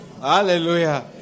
hallelujah